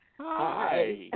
Hi